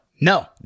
No